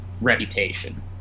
reputation